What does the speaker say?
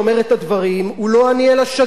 אלא שגריר ישראל בארצות-הברית,